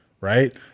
right